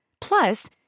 Plus